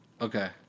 Okay